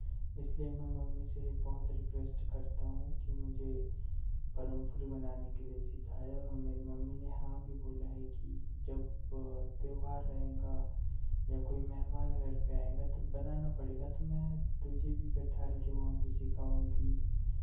इसलिए मैं मम्मी से बहुत रिक्वेस्ट करता हूँ कि मुझे परम पूड़ी बनाने के लिए सिखाए और मेरी मम्मी ने हाँ भी बोला है कि जब त्यौहार रहेगा या कोई मेहमान घर पे आएगा तब बनाना पड़ेगा तो मैं तुझे भी बैठा कर वहाँ पर सिखाऊंगी